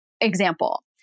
example